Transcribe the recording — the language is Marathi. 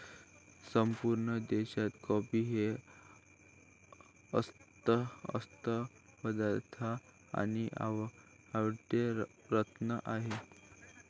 संपूर्ण देशात कॉफी हे अत्यंत उपलब्ध आणि आवडते रत्न आहे